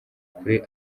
kuri